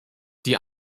die